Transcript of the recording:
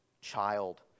child